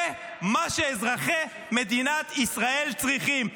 זה מה שאזרחי מדינת ישראל צריכים.